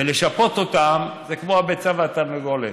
ולשפות אותם, זה כמו הביצה והתרנגולת: